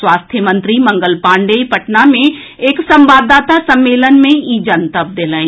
स्वास्थ्य मंत्री मंगल पांडेय पटना मे एक संवाददाता सम्मेलन मे ई जनतब देलनि